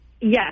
Yes